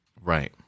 right